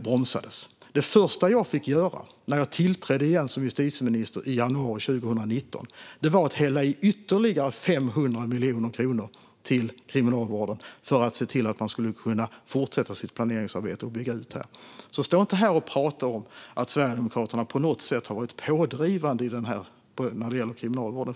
bromsades. Det första jag fick göra när jag tillträdde igen som justitieminister i januari 2019 var att hälla i ytterligare 500 miljoner kronor till Kriminalvården för att se till att man kunde fortsätta sitt planeringsarbete och bygga ut. Så stå inte här och prata om att Sverigedemokraterna på något sätt har varit pådrivande när det gäller kriminalvården!